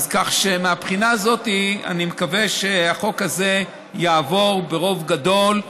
כך שמהבחינה הזאת אני מקווה שהחוק הזה יעבור ברוב גדול,